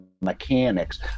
mechanics